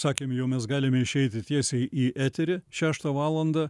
sakėm jau mes galime išeiti tiesiai į eterį šeštą valandą